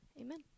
Amen